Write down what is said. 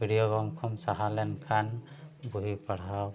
video ᱜᱮᱹᱢ ᱠᱷᱚᱱ ᱥᱟᱦᱟ ᱞᱮᱱᱠᱷᱟᱱ ᱵᱚᱭ ᱯᱟᱲᱦᱟᱣ